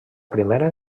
primera